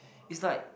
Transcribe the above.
is like